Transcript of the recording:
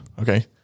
okay